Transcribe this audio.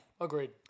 agreed